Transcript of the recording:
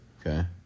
okay